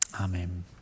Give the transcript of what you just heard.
Amen